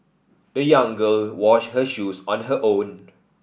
the young girl washed her shoes on her own